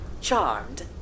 Charmed